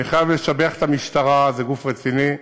אני חייב לשבח את המשטרה, זה גוף רציני,